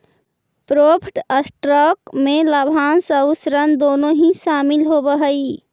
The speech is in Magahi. प्रेफर्ड स्टॉक में लाभांश आउ ऋण दोनों ही शामिल होवऽ हई